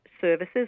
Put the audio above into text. services